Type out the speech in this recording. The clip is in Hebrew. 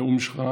הנאום שלך